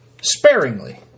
sparingly